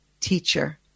teacher